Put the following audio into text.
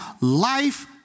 life